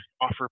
offer